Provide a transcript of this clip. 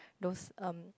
those um